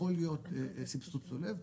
יכול להיות סבסוד צולב,